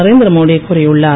Narendra Modi கூறியுளார்